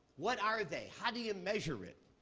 what are they? how do you measure it?